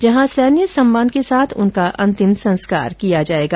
जहां सैन्य सम्मान के साथ उनका अंतिम संस्कार किया जायेगा